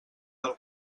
del